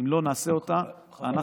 אם לא נעשה אותה אנחנו נהיה במקום אחר.